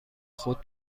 خود